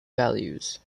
values